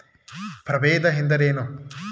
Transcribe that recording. ಪ್ರಭೇದ ಎಂದರೇನು?